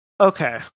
Okay